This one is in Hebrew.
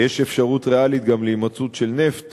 שיש אפשרות ריאלית גם להימצאות של נפט